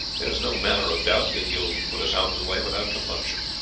there is no manner of doubt that he will put us out of the way without compunction.